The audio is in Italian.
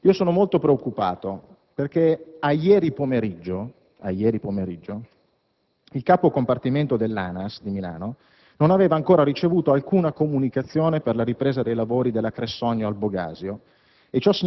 Sono molto preoccupato perché, a ieri pomeriggio, il capo compartimento dell'ANAS di Milano non aveva ancora ricevuto alcuna comunicazione per la ripresa dei lavori della Cressogno-Albogasio